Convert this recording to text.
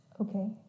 Okay